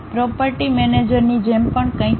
property મેનેજરની જેમ પણ કંઈક છે